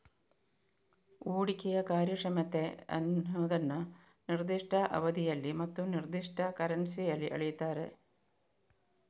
ಹೂಡಿಕೆಯ ಕಾರ್ಯಕ್ಷಮತೆ ಅನ್ನುದನ್ನ ನಿರ್ದಿಷ್ಟ ಅವಧಿಯಲ್ಲಿ ಮತ್ತು ನಿರ್ದಿಷ್ಟ ಕರೆನ್ಸಿಯಲ್ಲಿ ಅಳೀತಾರೆ